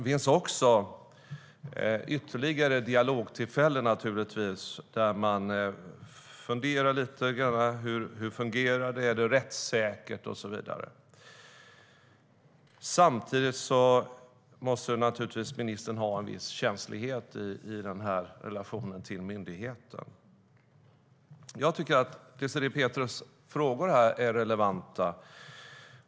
Det finns ytterligare dialogtillfällen där man funderar lite grann över hur det fungerar, om det är rättssäkert och så vidare. Samtidigt måste ministern naturligtvis ha en viss känslighet i relationen till myndigheten. Jag tycker att Désirée Pethrus frågor är relevanta.